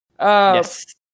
yes